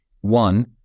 one